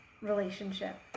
relationship